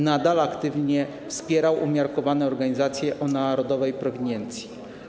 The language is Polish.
Nadal aktywnie wspierał umiarkowane organizacje o narodowej proweniencji.